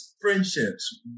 friendships